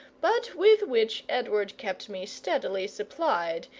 but with which edward kept me steadily supplied,